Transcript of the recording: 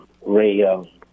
Ray